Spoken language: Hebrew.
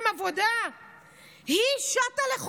שאין להם עבודה.